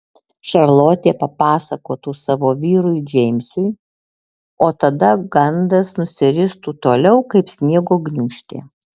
šarlotė papasakotų savo vyrui džeimsui o tada gandas nusiristų toliau kaip sniego gniūžtė